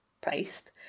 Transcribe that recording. priced